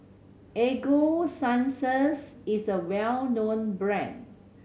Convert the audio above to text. Ego Sunsense is a well known brand